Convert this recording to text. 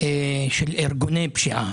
של ארגוני הפשיעה,